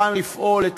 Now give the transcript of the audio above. נפגע אזרח ערבי